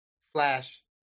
Flash